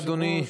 בבקשה, אדוני.